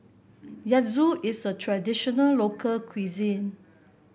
gyoza is a traditional local cuisine